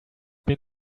been